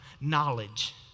knowledge